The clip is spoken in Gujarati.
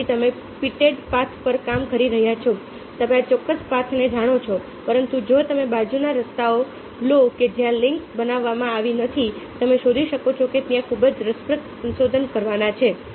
તેથી તમે પીટેડ પાથ પર કામ કરી રહ્યા છો તમે આ ચોક્કસ પાથને જાણો છો પરંતુ જો તમે બાજુના રસ્તાઓ લો કે જ્યાં લિંક્સ બનાવવામાં આવી નથી તમે શોધી શકો છો કે ત્યાં ખૂબ જ રસપ્રદ સંશોધનો કરવાના છે